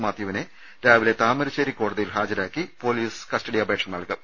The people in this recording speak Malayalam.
മാത്യുവിനെ രാവിലെ താമരശ്ശേരി കോട തിയിൽ ഹാജരാക്കി പൊലീസ് കസ്റ്റഡി അപേക്ഷ നൽകും